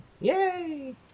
Yay